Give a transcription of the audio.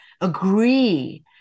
agree